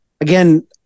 Again